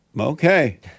Okay